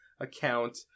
account